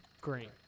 green